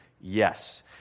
Yes